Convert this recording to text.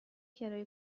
کرایه